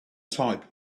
type